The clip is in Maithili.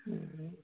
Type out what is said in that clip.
हूँ